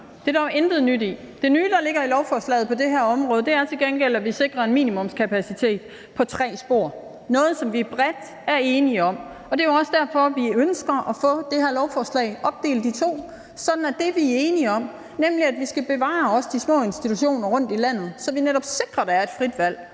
Der er intet nyt i det. Det nye, der ligger i lovforslaget på det her område, er til gengæld, at vi sikrer en minimumskapacitet på tre spor – noget, som vi bredt er enige om. Det er jo også derfor, at vi ønsker at få det her lovforslag opdelt i to, sådan at vi netop sikrer det, vi er enige om, nemlig at vi også skal bevare de små institutioner rundt i landet, så der er et frit valg.